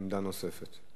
עמדה נוספת.